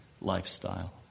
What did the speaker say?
lifestyle